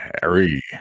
Harry